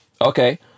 okay